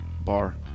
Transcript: bar